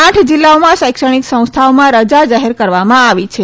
આઠ જિલ્લામાં શૈક્ષણિક સંસ્થાઓમાં રજા જાહેર કરવામાં આવી છે